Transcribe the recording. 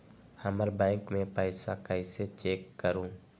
हमर बैंक में पईसा कईसे चेक करु?